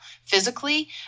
Physically